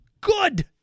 Good